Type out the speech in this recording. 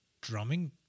drumming